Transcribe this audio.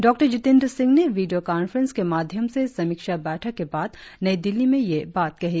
डॉ जितेन्द्र सिंह ने video conference के माध्यम से समीक्षा बैठक के बाद नई दिल्ली में यह बात कही